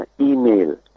email